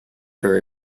very